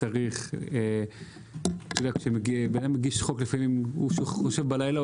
לפעמים אדם מגיש חוק לאחר שהוא חשב על הנושא בלילה,